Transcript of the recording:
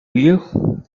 you